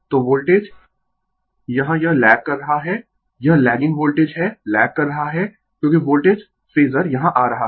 तो वोल्टेज यहाँ यह लैग कर रहा है यह लैगिंग वोल्टेज है लैग कर रहा है क्योंकि वोल्टेज फेजर यहां आ रहा है